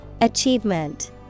Achievement